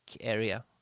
area